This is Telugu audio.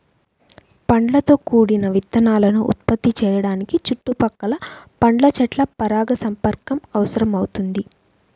పండ్లతో కూడిన విత్తనాలను ఉత్పత్తి చేయడానికి చుట్టుపక్కల పండ్ల చెట్ల పరాగసంపర్కం అవసరమవుతుంది